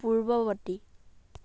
পূৰ্ৱবৰ্তী